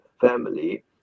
family